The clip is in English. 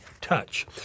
touch